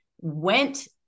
went